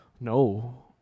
no